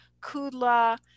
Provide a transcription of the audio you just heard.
Kudla